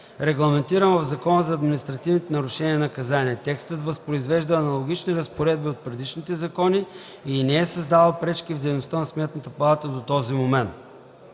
регламентиран в Закона за административните нарушения и наказания. Текстът възпроизвежда аналогични разпоредби от предишните закони и не е създавал пречки в дейността на Сметната палата до този момент.